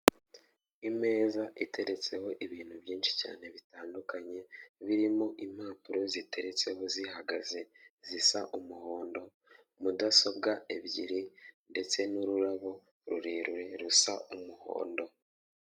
Imeza iteretseho ibintu byinshi cyane bitandukanye, birimo impapuro ziteretseho zihagaze zisa umuhondo mudasobwa ebyiri ndetse n'ururabo rurerure rusa umuhondo.